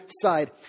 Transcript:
side